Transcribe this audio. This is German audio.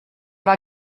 war